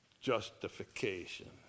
justification